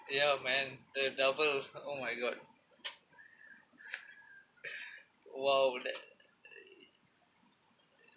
ya man the double oh my god !wow! that